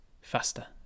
faster